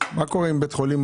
מה קורה עם בית חולים